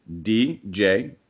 DJ